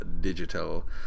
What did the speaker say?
digital